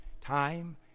time